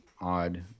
odd